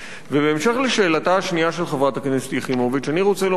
ובהמשך לשאלתה השנייה של חברת הכנסת יחימוביץ אני רוצה לומר לך,